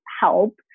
help